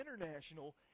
international